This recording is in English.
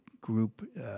group